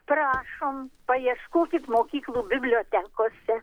prašom paieškokit mokyklų bibliotekose